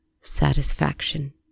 Satisfaction